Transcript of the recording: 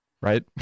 right